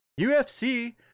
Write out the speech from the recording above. UFC